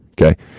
Okay